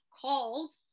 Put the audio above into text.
called